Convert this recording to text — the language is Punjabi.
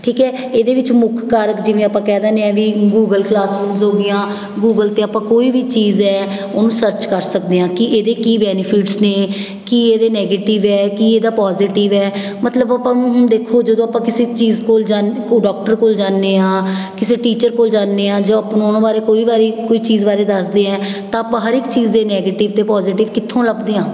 ਠੀਕ ਹੈ ਇਹਦੇ ਵਿੱਚ ਮੁੱਖ ਕਾਰਕ ਜਿਵੇਂ ਆਪਾਂ ਕਹਿ ਦਿੰਦੇ ਆ ਵੀ ਗੂਗਲ ਕਲਾਸ ਰੂਮਸ ਹੋਗਈਆਂ ਗੂਗਲ 'ਤੇ ਆਪਾਂ ਕੋਈ ਵੀ ਚੀਜ਼ ਹੈ ਉਹਨੂੰ ਸਰਚ ਕਰ ਸਕਦੇ ਹਾਂ ਕਿ ਇਹਦੇ ਕੀ ਬੈਨੀਫਿਟਸ ਨੇ ਕੀ ਇਹਦੇ ਨੈਗੇਟਿਵ ਹੈ ਕੀ ਇਹਦਾ ਪੋਜੀਟਿਵ ਹੈ ਮਤਲਬ ਆਪਾਂ ਦੇਖੋ ਜਦੋਂ ਆਪਾਂ ਕਿਸੇ ਚੀਜ਼ ਕੋਲ ਜਾਂਦੇ ਕੋ ਡੋਕਟਰ ਕੋਲ ਜਾਂਦੇ ਹਾਂ ਕਿਸੇ ਟੀਚਰ ਕੋਲ ਜਾਂਦੇ ਹਾਂ ਜੋ ਆਪਾਂ ਨੂੰ ਉਹਨਾਂ ਬਾਰੇ ਕੋਈ ਵਾਰੀ ਕੋਈ ਚੀਜ਼ ਬਾਰੇ ਦੱਸਦੇ ਹੈ ਤਾਂ ਆਪਾਂ ਹਰ ਇੱਕ ਚੀਜ਼ ਦੇ ਨੈਗੇੇਟਿਵ ਅਤੇ ਪੋਜੀਟਿਵ ਕਿੱਥੋਂ ਲੱਭਦੇ ਹਾਂ